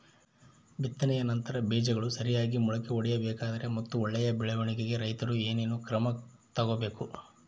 ಬಿತ್ತನೆಯ ನಂತರ ಬೇಜಗಳು ಸರಿಯಾಗಿ ಮೊಳಕೆ ಒಡಿಬೇಕಾದರೆ ಮತ್ತು ಒಳ್ಳೆಯ ಬೆಳವಣಿಗೆಗೆ ರೈತರು ಏನೇನು ಕ್ರಮ ತಗೋಬೇಕು?